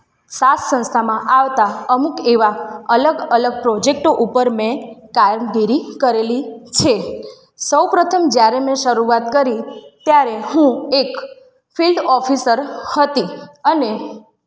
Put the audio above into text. સાથ સંસ્થામાં આવતા અમુક એવા અલગ અલગ પ્રોજેક્ટો ઉપર મેં કામગીરી કરેલી છે સૌ પ્રથમ જયારે મેં શરુઆત કરી ત્યારે હું એક ફિલ્ડ ઑફિસર હતી અને